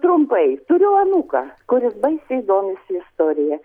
trumpai turiu anūką kuris baisiai domisi istorija